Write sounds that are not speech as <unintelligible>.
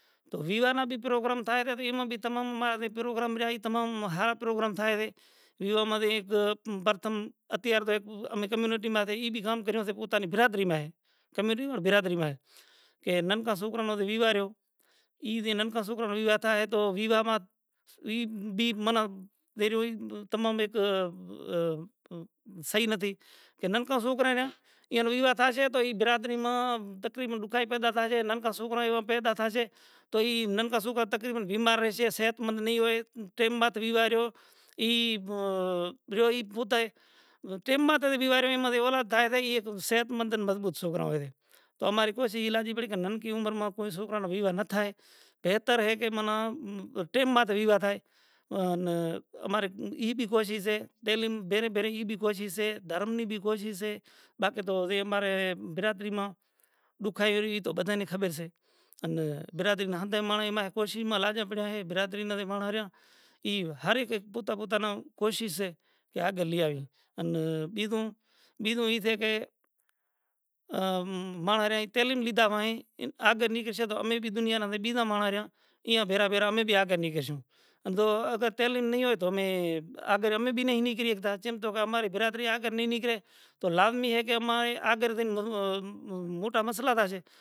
تو ویجا نا بھی پروگرام تھائے سے اینا بھی تمم امارا جی پروگرام رہیا ھی تمام ھارا پروگرام تھائے ھے۔ ایوں ما اک پرتھم اتیار تو اک کمیونٹی ما ای بھی کام کریو سے پوتا نی برادری ما ھے ، کمیونیٹی اور برادری ما ھے۔ کے منکا سوکرا نو لیوا رہیو۔ ای تے نم کا سوکرو نا ویواہ تھائے تو ویواہ ما ای بھی منا <unintelligible> تمام اک <unintelligible> صحیح نتھی۔ کہ نمکا سوکرا رہیا۔ ایوا ویواہ تھاشے تو برادری ما تقریباً لوگائی پیدا تھاشے نم کا سوکرو ایوا پیدا تھاشے تو ای نم کا سوکرا تقریباً بیمار رھشے ، صحتمند نہیں ھوئے ، ٹئم باد ویواہ ریو۔ ای ریو پوتا ئے ٹیم باد ویواہ ریو انما اولاد تھائے شے صحتمند ان مضبوط سوکرا ھوئے سے۔ تو اماری کوشش ایلادھی کے نمکی عمر ما کوئی سوکرا نوں ویوا نہ تھائے بہتر ھے کہ منا ٹئم باد ویواہ تھائے ۔ ان اماری ای بھی کوشش ھے ٹیلم بھیری بھیری سے بھی کوشش سے دھرم نی بھی کوشش ھے باقی تو اے امارے برادری ما دُکھ آیو ری تو بدھانے کوشش ھے ۔ ان برادری نا ھتا اے ماڑاں کوشش ما لاجا پڑیا ھے برادری ما اے ماڑان رہیا۔ ای ھر اک پوتا پوتا نا کوشش ھے کہ آگے لئی آوی۔ انا بیجوں بیجوں ای سے کہ ام ماڑاں رہئا تعلیم لی دھا وہیں۔ آگڑ نہیں کرشے تو امے بھی دنیا نے جا بیجا ماڑاں رہیا۔ ایاں بھیرا بھیرا امے بھی آگڑ نہیں کرشوں ۔ ان دو اگر تعلیم نہیں ھوئے تو آگڑ ہمیں بھی نکلی نہیں ھکتا۔ کہ چم توں کہ ہمیں ہماری برادری آگڑ نہیں نکلے تو لازرمی ھے کہ امے <unintelligible> موٹا مسئلہ تھاشے۔